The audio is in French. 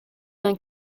d’un